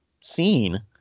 scene